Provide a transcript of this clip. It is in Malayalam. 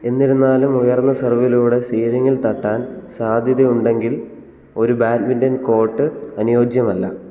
എന്നിരുന്നാലും ഉയർന്ന സെർവിലൂടെ സീലിംഗിൽ തട്ടാൻ സാധ്യതയുണ്ടെങ്കിൽ ഒരു ബാഡ്മിൻ്റൺ കോർട്ട് അനുയോജ്യമല്ല